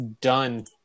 done